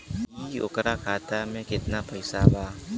की ओकरा खाता मे कितना पैसा बा?